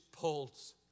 pulse